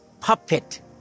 puppet